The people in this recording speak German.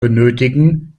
benötigen